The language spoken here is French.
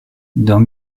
dans